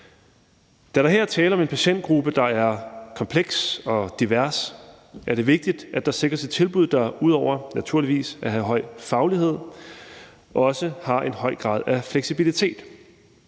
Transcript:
Da der her er tale om en patientgruppe, der er kompleks og divers, er det vigtigt, at der sikres et tilbud, der ud over naturligvis at have høj faglighed også har en høj grad af fleksibilitet.